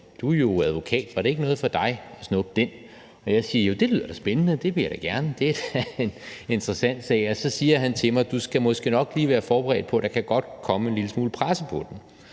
du er jo advokat, var det ikke noget for dig at snuppe den? Og jeg siger, at jo, det lyder da spændende, og det vil jeg da gerne, det er da en interessant sag. Og så siger han til mig: Du skal måske nok lige være forberedt på, at der godt kan komme en lille smule presse på den.